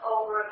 over